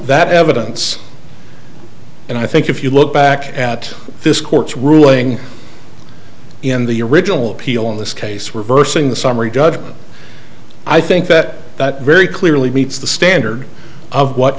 that evidence and i think if you look back at this court's ruling in the original appeal in this case reversing the summary judgment i think that that very clearly meets the standard of what